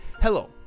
Hello